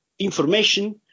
information